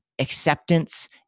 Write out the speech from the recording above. acceptance